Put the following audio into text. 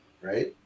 Right